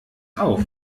auf